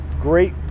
great